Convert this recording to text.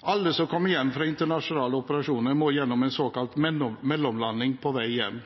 Alle som kommer hjem fra internasjonale operasjoner, må gjennom en såkalt mellomlanding på vei hjem.